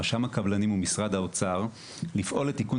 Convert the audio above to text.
רשם הקבלנים ומשרד האוצר לפעול לתיקון